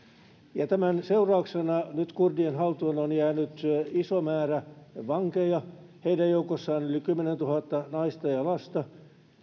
tämän seurauksena nyt kurdien haltuun on jäänyt iso määrä vankeja heidän joukossaan yli kymmenentuhatta naista ja lasta